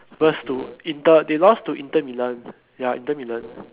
first to inter they lost to inter Milan ya inter Milan